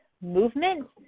movement